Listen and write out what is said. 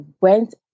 went